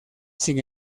sin